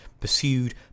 pursued